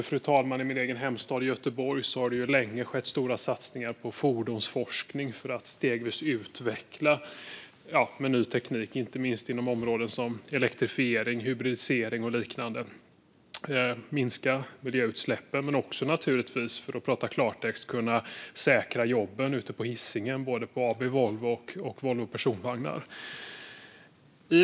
Till exempel i min egen hemstad Göteborg har det länge skett stora satsningar på fordonsforskning för att stegvis utveckla ny teknik, inte minst inom områden som elektrifiering, hybridisering och liknande, och för att minska miljöutsläppen men också naturligtvis, för att tala klartext, för att kunna säkra jobben ute på Hisingen på AB Volvo och på Volvo Personvagnar.